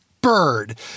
bird